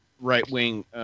right-wing